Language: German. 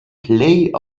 play